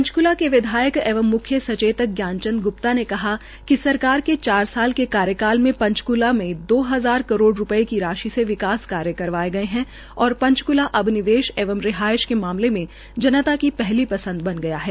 पंचकूला के विधायक एंव म्ख्य सचेतक ज्ञान चंद ग्प्ता ने कहा है कि सरकार के चार साल के कार्यकाल में पंचकूला में दो हजार करोड़ रूपये की राशि से विकास कार्यकरवाए गए है और पंचकूला अब निवेश एवं रिहायश के मामले में जनता की पहली पंसद बन गया है